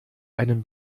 einen